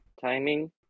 timing